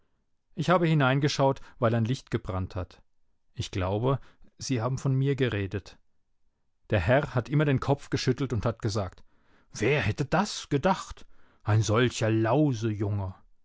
ich habe hineingeschaut weil ein licht gebrannt hat ich glaube sie haben von mir geredet der herr hat immer den kopf geschüttelt und hat gesagt wer hätte es gedacht ein solcher lausejunge